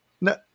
no